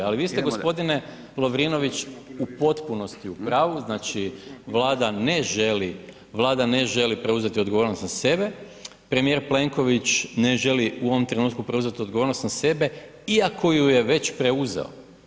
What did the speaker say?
Ali vi ste gospodine Lovrinović u potpunosti u pravu, znači Vlada ne želi preuzeti odgovornost na sebe, premijer Plenković ne želi u ovom trenutku preuzeti odgovornost na sebe iako ju je već preuzeo.